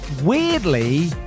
Weirdly